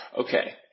Okay